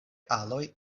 aloj